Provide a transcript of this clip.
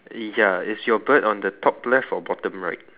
ya is your bird on the top left or bottom right